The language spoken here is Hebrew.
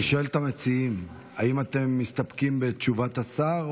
אני שואל את המציעים: האם אתם מסתפקים בתשובת השר,